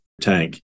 tank